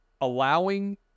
allowing